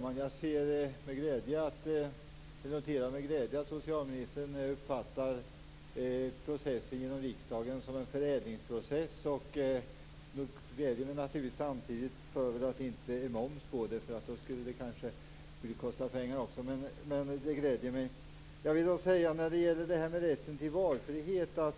Fru talman! Jag noterar med glädje att socialministern uppfattar processen genom riksdagen som en förädlingsprocess. Samtidigt gläder det mig naturligtvis att det inte är moms på det, för då skulle det kanske också kosta pengar. Detta med rätten till valfrihet är